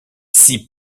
six